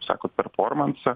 sakot performansą